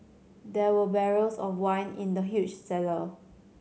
there were barrels of wine in the huge cellar